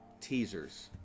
teasers